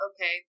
Okay